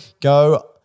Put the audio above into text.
Go